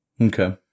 okay